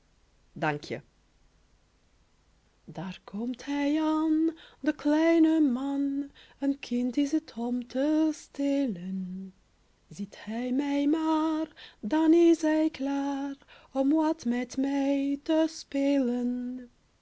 dank-je daar komt hij ân de kleine man een kind is t om te stelen ziet hij mij maar dan is hij klaar om wat met mij